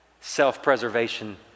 self-preservation